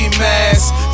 mask